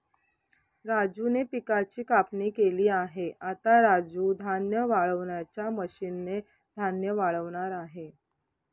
राजूने पिकाची कापणी केली आहे, आता राजू धान्य वाळवणाच्या मशीन ने धान्य वाळवणार आहे